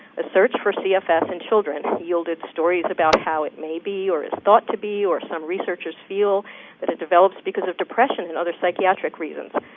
research for cfs in children yielded stories about how it may be, or thought to be, or some researchers feel that it develops because of depression and other psychiatric reasons.